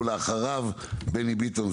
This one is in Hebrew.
ואחריו בני ביטון,